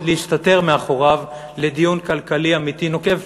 להסתתר מאחוריו לדיון כלכלי אמיתי נוקב,